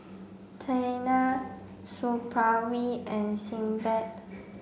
Tena Supravit and Sebamed